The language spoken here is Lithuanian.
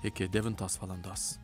iki devintos valandos